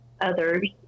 others